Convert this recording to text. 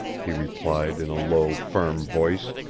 he replied in a low, firm voice.